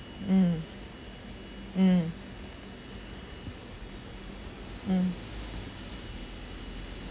mm mm mm